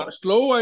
slow